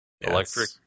Electric